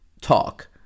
talk